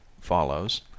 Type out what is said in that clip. follows